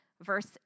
verse